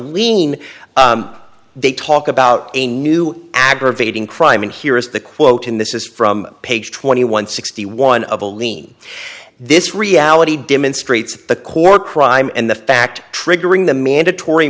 lean they talk about a new aggravating crime and here is the quote in this is from page twenty one sixty one of the lean this reality demonstrates the core crime and the fact triggering the mandatory